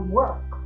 work